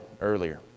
earlier